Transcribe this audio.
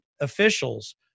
officials